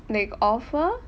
like offer